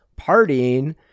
partying